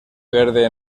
verde